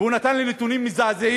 והוא נתן לי נתונים מזעזעים,